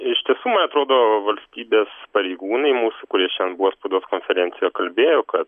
iš tiesų man atrodo valstybės pareigūnai mūsų kurie šiandien buvo spaudos konferencijoj kalbėjo kad